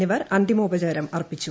എന്നിവർ അന്തിമോപചാരമർപ്പിച്ചു